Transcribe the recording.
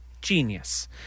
genius